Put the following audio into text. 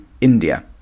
India